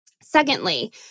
Secondly